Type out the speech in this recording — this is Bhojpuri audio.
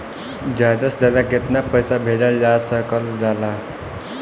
ज्यादा से ज्यादा केताना पैसा भेजल जा सकल जाला?